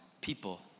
people